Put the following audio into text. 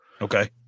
Okay